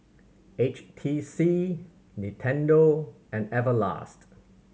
H T C Nintendo and Everlast